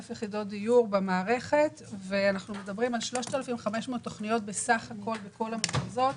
יחידות דיור במערכת ואנחנו מדברים על 3,500 תוכניות בכל המחוזות.